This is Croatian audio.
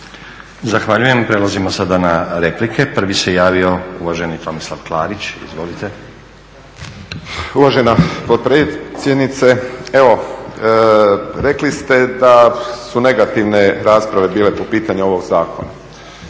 Zahvaljujem. Prelazimo sada na replike. Prvi se javio uvaženi Tomislav Klarić, izvolite. **Klarić, Tomislav (HDZ)** Uvažena potpredsjednice, rekli ste da su negativne rasprave bile po pitanju ovog zakona.